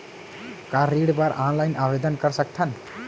का ऋण बर ऑनलाइन आवेदन कर सकथन?